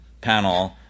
panel